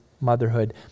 motherhood